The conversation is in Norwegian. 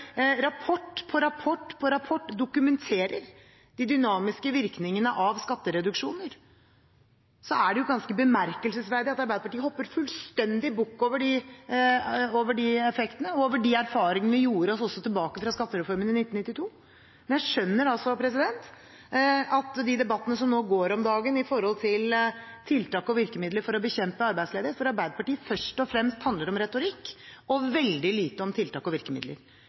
rapport, på rapport, på rapport dokumenterer de dynamiske virkningene av skattereduksjoner, er det ganske bemerkelsesverdig at Arbeiderpartiet hopper fullstendig bukk over de effektene og over de erfaringene vi gjorde oss fra skattereformen i 1992, men jeg skjønner at de debattene som går nå om dagen i forhold til tiltak og virkemidler for å bekjempe arbeidsledigheten, for Arbeiderpartiet først og fremst handler om retorikk og veldig lite om tiltak og virkemidler.